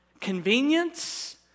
Convenience